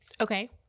Okay